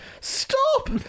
Stop